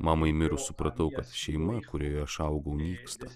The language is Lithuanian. mamai mirus supratau kad šeima kurioje aš augau nyksta